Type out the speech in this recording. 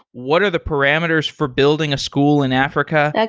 what are the parameters for building a school in africa?